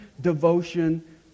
devotion